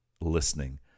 listening